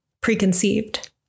preconceived